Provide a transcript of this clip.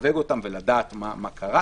לסווג אותם ולדעת מה קרה.